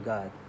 God